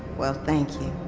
well, thank you